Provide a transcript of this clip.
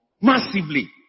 massively